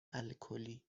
الکلی